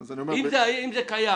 אם זה קיים